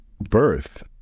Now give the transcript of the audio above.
birth